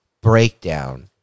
breakdown